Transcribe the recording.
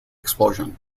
explosion